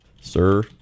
Sir